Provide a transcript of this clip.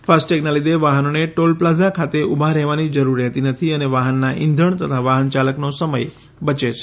fast ટેગના લીધે વાહનોને ટોલ પ્લાઝા ખાતે ઊભા રહેવાની જરૂર રહેતી નથી અને વાહનના ઇંધણ તથા વાહનચાલકનો સમય બચે છે